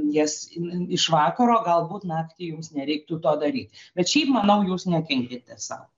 jas iš vakaro galbūt naktį jums nereiktų to daryt bet šiaip manau jūs nekenkiate sau